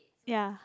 ya